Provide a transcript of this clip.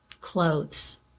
clothes